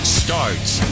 starts